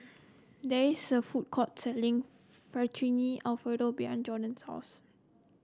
there is a food court selling Fettuccine Alfredo behind Jadon's house